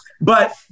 But-